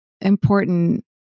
important